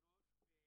יחד.